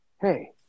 Hey